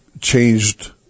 changed